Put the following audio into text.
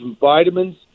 vitamins